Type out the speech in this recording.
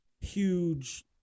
huge